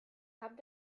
haben